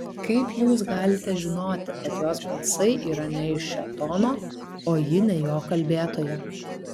kaip jūs galite žinoti kad jos balsai yra ne iš šėtono o ji ne jo kalbėtoja